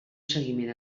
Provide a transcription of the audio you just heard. seguiment